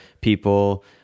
people